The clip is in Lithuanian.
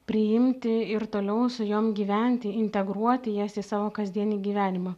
priimti ir toliau su jom gyventi integruoti jas į savo kasdienį gyvenimą